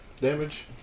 damage